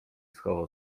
schował